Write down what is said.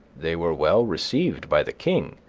they were well received by the king,